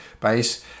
base